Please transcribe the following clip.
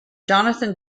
jonathan